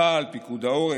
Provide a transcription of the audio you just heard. צה"ל, פיקוד העורף,